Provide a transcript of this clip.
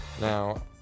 Now